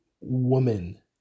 woman